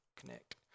connect